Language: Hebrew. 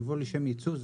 יבוא לשם ייצוא,